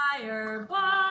Fireball